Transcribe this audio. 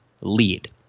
lead